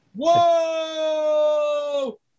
Whoa